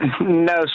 No